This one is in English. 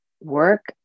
work